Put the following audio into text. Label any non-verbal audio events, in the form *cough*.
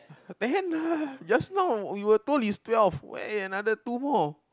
the hand *noise* just now we were told it's twelve where another two more